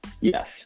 Yes